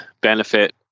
benefit